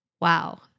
wow